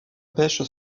pêche